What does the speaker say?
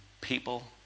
people